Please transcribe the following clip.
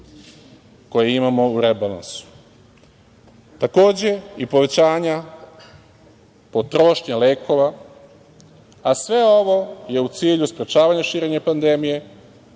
koje imamo u rebalansu. Takođe, i povećanja potrošnje lekova, a sve ovo je u cilju sprečavanja širenja pandemije